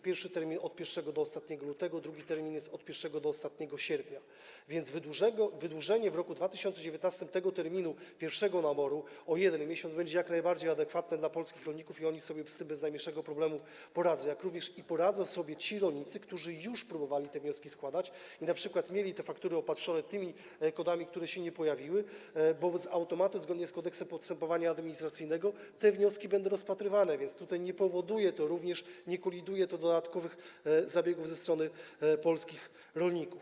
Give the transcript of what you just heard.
Pierwszy termin jest od pierwszego do ostatniego lutego, a drugi termin jest od pierwszego do ostatniego sierpnia, więc wydłużenie w roku 2019 tego terminu pierwszego naboru o jeden miesiąc będzie jak najbardziej adekwatne dla polskich rolników i oni sobie z tym bez najmniejszego problemu poradzą, jak również poradzą sobie ci rolnicy, którzy już próbowali te wnioski składać i np. mieli te faktury opatrzone tymi kodami, które się nie pojawiły, bo zgodnie z Kodeksem postępowania administracyjnego te wnioski z automatu będą rozpatrywane, więc tutaj nie powoduje to również, nie koliduje to z dodatkowymi zabiegami ze strony polskich rolników.